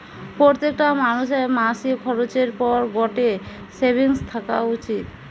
প্রত্যেকটা মানুষের মাসিক খরচের পর গটে সেভিংস থাকা উচিত